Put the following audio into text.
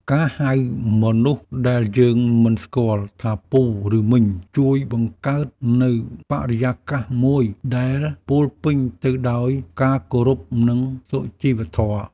ការហៅមនុស្សដែលយើងមិនស្គាល់ថាពូឬមីង ជួយបង្កើតនូវបរិយាកាសមួយដែលពោរពេញទៅដោយការគោរពនិងសុជីវធម៌។